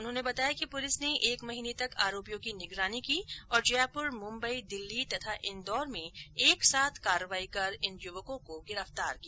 उन्होंने बताया कि पुलिस ने एक महीने तक आरोपियों की निगरानी की तथा जयपुर मुंबई दिल्ली और इंदौर में एक साथ कार्यवाही कर इन युवकों को गिरफतार किया